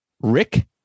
Rick